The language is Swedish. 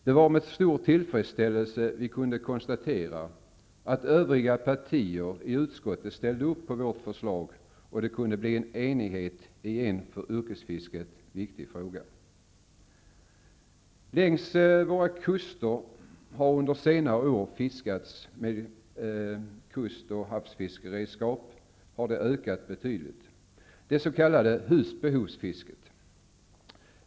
Det var med stor tillfredsställelse vi kunde konstatera att övriga partier i utskottet ställde upp på vårt förslag och att det kunde bli enighet i en för yrkesfisket viktig fråga. Längs våra kuster har under senare år fisket med kust och havsfiskeredskap ökat betydligt, det s.k. husbehovsfisket.